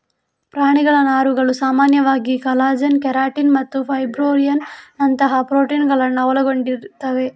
ಪ್ರಾಣಿಗಳ ನಾರುಗಳು ಸಾಮಾನ್ಯವಾಗಿ ಕಾಲಜನ್, ಕೆರಾಟಿನ್ ಮತ್ತು ಫೈಬ್ರೋಯಿನ್ ನಂತಹ ಪ್ರೋಟೀನುಗಳನ್ನ ಒಳಗೊಂಡಿರ್ತವೆ